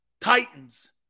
Titans